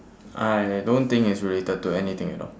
I don't think it's related to anything at all